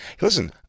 Listen